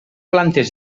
plantes